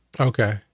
Okay